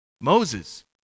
Moses